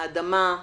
האדמה,